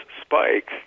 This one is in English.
spike